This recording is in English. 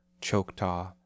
Choctaw